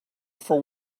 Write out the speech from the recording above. for